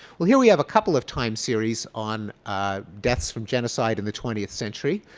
well here we have a couple of time series on deaths from genocide in the twentieth century.